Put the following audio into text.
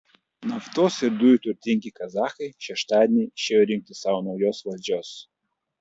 naftos ir dujų turtingi kazachai šeštadienį išėjo rinkti sau naujos valdžios